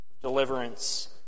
deliverance